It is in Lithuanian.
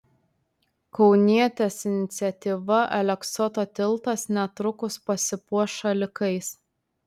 kaunietės iniciatyva aleksoto tiltas netrukus pasipuoš šalikais